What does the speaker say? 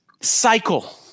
cycle